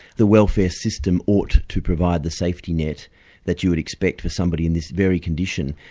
the welfare system ought to provide the safety net that you would expect for somebody in this very condition.